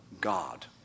God